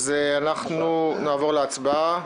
אנחנו נעבור להצבעה.